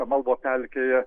amalvo pelkėje